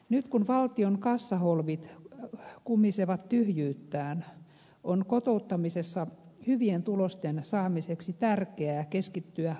nyt kun valtion kassaholvit kumisevat tyhjyyttään on kotouttamisessa hyvien tulosten saamiseksi tärkeää keskittyä olennaiseen